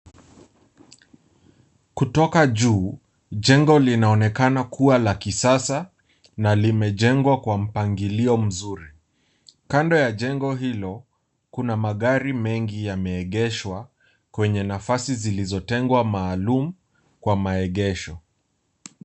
Kutoka juu jengo linaonekana kuwa la kisasa na limejengwa kwa mpangilio mzuri. Kando ya jengo hilo kuna magari mengi yameegeshwa kwenye nafasi zilizo tengwa maalum kwa maaegesho.